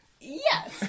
Yes